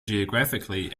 geographically